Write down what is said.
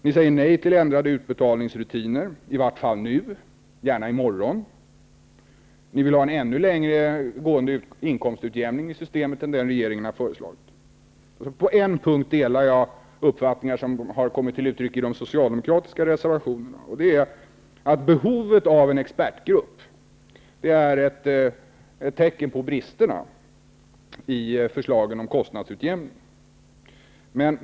Ni säger nej till ändrade utbetalningsrutiner, i varje fall nu -- gärna i morgon. Ni vill ha en ännu mer långtgående inkomstutjämning i systemet än den som regeringen har föreslagit. På en punkt delar jag uppfattningar som har kommit till uttryck i de socialdemokratiska reservationerna. Det är att behovet av en expertgrupp är ett tecken på bristerna i förslagen om kostnadsutjämning.